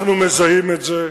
אנחנו מזהים את זה,